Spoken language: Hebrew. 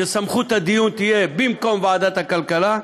שסמכות הדיון תהיה במקום ועדת הכלכלה,